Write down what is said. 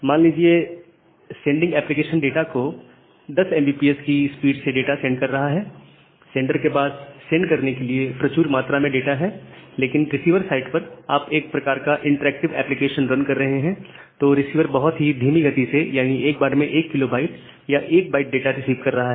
मान लीजिए sending application data को 10mbps की स्पीड से डाटा सेंड कर रहा है सेंडर के पास सेंड करने के लिए प्रचुर मात्रा में डाटा है लेकिन रिसीवर साइड पर आप एक प्रकार का इंटरएक्टिव एप्लीकेशन रन कर रहे हैं तो रिसीवर बहुत ही धीमी गति से यानी एक बार में 1 KB या 1 बाइट डाटा रिसीव कर रहा है